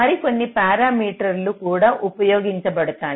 మరికొన్ని పారామీటర్లు కూడా ఉపయోగించబడతాయి